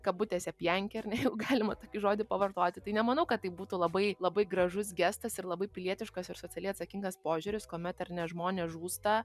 kabutėse pjankę ar ne galima tokį žodį pavartoti tai nemanau kad tai būtų labai labai gražus gestas ir labai pilietiškas ir socialiai atsakingas požiūris kuomet ar ne žmonės žūsta